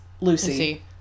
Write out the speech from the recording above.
Lucy